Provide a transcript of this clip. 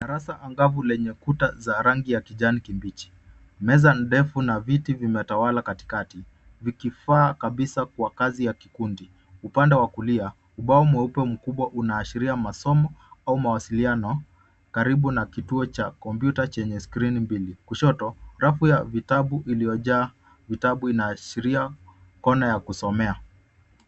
Darasa angavu lenye kuta za rangi ya kijani kibichi, meza ndefu na viti vimetawala katikati vikifaa kabisa kwa kazi ya kikundi. Upande wakulia ubao meupe mkubwa unaashiria masomo au mawasiliano karibu na kituo cha kompyuta chenye skrini mbili kushoto rafu ya vitabu iliojaa vitabu inaashiria kona ya kusomea.